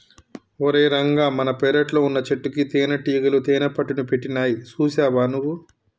ఓరై రంగ మన పెరట్లో వున్నచెట్టుకి తేనటీగలు తేనెపట్టుని పెట్టినాయి సూసావా నువ్వు